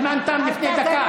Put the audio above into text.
הזמן תם לפני דקה.